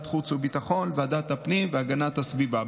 חוץ וביטחון וועדת הפנים והגנת הסביבה.